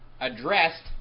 addressed